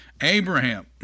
Abraham